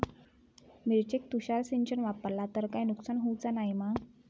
मिरचेक तुषार सिंचन वापरला तर काय नुकसान होऊचा नाय मा?